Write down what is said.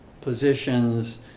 positions